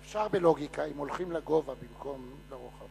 אפשר בלוגיקה, אם הולכים לגובה במקום לרוחב.